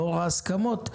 לאור ההסכמות,